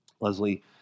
Leslie